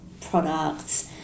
products